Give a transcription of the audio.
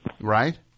Right